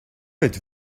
êtes